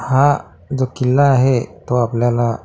हा जो किल्ला आहे तो आपल्याला